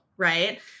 Right